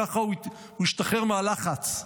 כך הוא השתחרר מהלחץ,